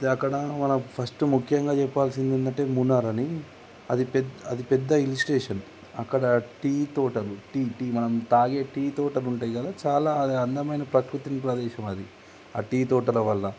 అది అక్కడ మనం ఫస్ట్ ముఖ్యంగా చెప్పాల్సింది ఏమిటి అంటే మున్నార్ అని అది అది పెద్ద హిల్ స్టేషన్ అక్కడ టీ తోటలు టీ టీ మనం తాగే టీ తోటలు ఉంటాయి కదా చాలా అందమైన ప్రకృతిని ప్రదేశం అది ఆ టీ తోటల వల్ల